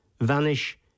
vanish